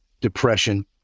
depression